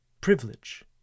privilege